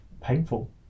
painful